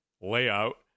layout